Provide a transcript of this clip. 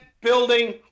building